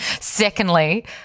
Secondly